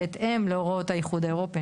בהתאם להוראות האיחוד האירופי,